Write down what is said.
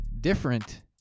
different